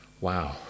Wow